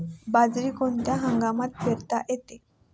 बाजरी कोणत्या हंगामात पेरता येते?